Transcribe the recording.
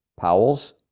Powell's